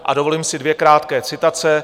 A dovolím si dvě krátké citace.